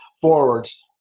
forwards